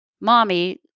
mommy